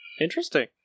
Interesting